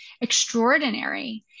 extraordinary